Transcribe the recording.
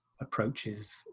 approaches